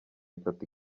itatu